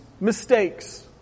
mistakes